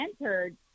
entered